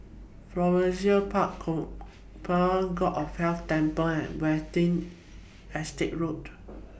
Florissa Park God of Wealth Temple and Watten Estate Road